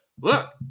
look